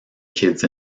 kids